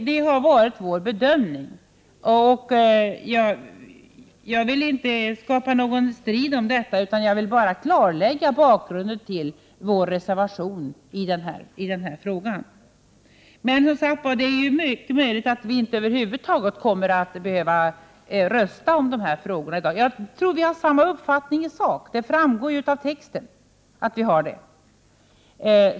Det har varit vår bedömning. Jag vill inte skapa någon strid om detta, utan jag vill bara klarlägga bakgrunden till vår reservation i frågan. Men det är som sagt mycket möjligt att vi inte kommer att behöva rösta om denna fråga i dag. Jag tror att vi har samma uppfattning i sak —, det framgår av texten.